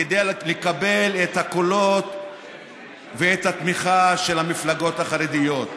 כדי לקבל את הקולות ואת התמיכה של המפלגות החרדיות.